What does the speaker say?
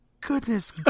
Goodness